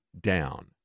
down